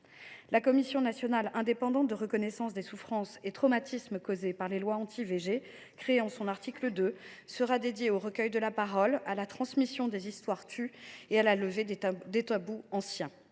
La commission nationale indépendante de reconnaissance des souffrances et traumatismes causés par les lois anti IVG, créée par l’article 2, sera dédiée au recueil de la parole, à la transmission des histoires tues et à la levée des tabous anciens.